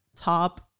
top